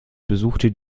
besuchte